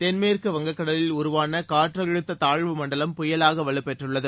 தென்மேற்கு வங்கக்கடலில் உருவான காற்றழுத்த தாழ்வுமண்டலம் புயலாக வலுபெற்றுள்ளது